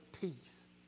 peace